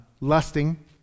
lusting